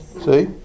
See